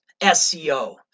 SEO